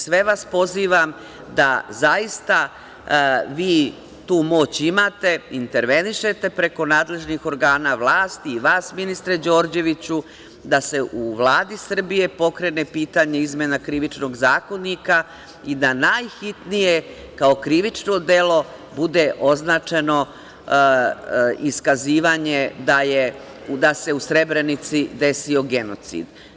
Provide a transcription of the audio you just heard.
Sve vas pozivam da zaista, vi tu moć imate, intervenišete preko nadležnih organa vlasti, vas ministre Đorđeviću, da se u Vladi Srbije pokrene pitanje izmena Krivičnog zakonika i da najhitnije kao krivično delo bude označeno iskazivanje da se u Srebrenici desio genocid.